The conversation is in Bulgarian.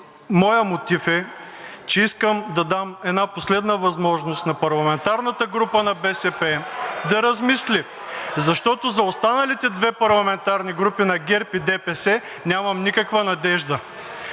Моят мотив, че искам да дам една последна възможност на парламентарната група на БСП да размисли, защото за останалите две парламентарни групи – на ГЕРБ и ДПС, нямам никаква надежда.